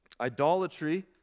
Idolatry